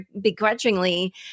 begrudgingly